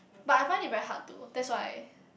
but I find it very hard to that's why